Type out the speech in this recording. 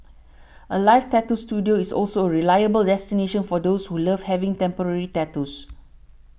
Alive Tattoo Studio is also a reliable destination for those who love having temporary tattoos